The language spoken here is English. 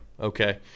okay